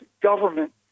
government